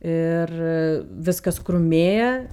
ir viskas krūmėja